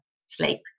sleep